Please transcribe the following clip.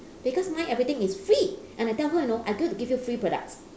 because mine everything is free and I tell her you know I'm going to give you free products